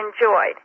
enjoyed